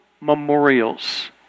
memorials